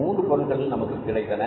மூன்று பொருட்கள் நமக்கு கிடைத்தன